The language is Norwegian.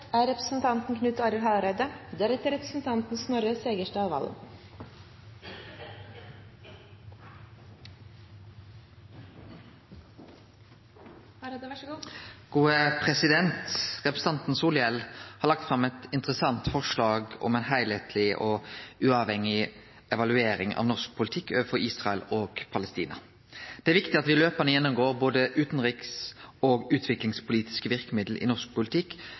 land. Representanten Solhjell har lagt fram eit interessant forslag om ei heilskapleg og uavhengig evaluering av norsk politikk overfor Israel og Palestina. Det er viktig at me løpande går gjennom både utanriks- og utviklingspolitiske verkemiddel i norsk politikk